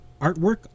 artwork